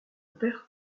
pertes